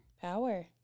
power